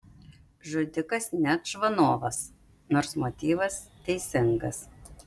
žudikas ne čvanovas nors motyvas teisingas